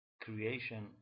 creation